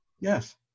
yes